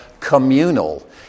communal